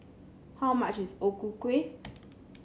how much is O Ku Kueh